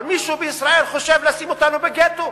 אבל מישהו בישראל חושב לשים אותנו בגטו.